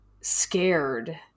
scared